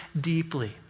deeply